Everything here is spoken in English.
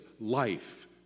life